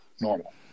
Normal